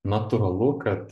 natūralu kad